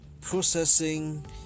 processing